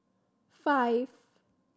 five